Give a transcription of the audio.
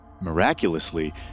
Miraculously